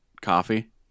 coffee